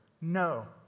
No